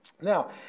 Now